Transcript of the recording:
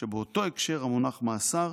שבאותו הקשר המונח "מאסר"